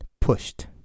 pushed